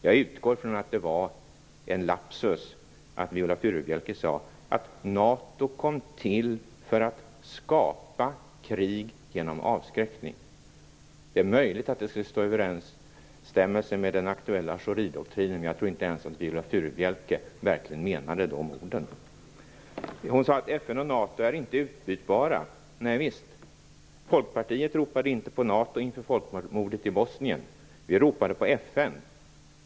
Jag utgår från att det var en lapsus att Viola Furubjelke sade att NATO kom till för att skapa krig genom avskräckning. Det är möjligt att det skulle stå i överensstämmelse med den aktuella Schoridoktrinen, men jag tror inte ens att Viola Furubjelke verkligen menade de orden. Hon sade att FN och NATO inte är utbytbara. Nej, Folkpartiet ropade inte på NATO inför folkmordet i Bosnien. Vi ropade på FN.